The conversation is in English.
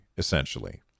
essentially